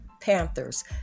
Panthers